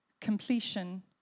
Completion